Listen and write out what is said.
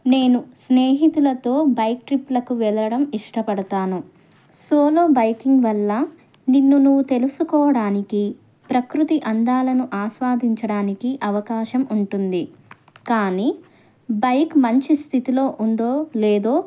నేను స్నేహితులతో బైక్ ట్రిప్లకు వెళ్ళడం ఇష్టపడతాను సోలో బైకింగ్ వల్ల నిన్ను నువ్వు తెలుసుకోవడానికి ప్రకృతి అందాలను ఆస్వాదించడానికి అవకాశం ఉంటుంది కానీ బైక్ మంచి స్థితిలో ఉందో లేదో